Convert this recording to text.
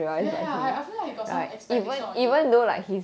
ya ya I I feel like he got some expectation on you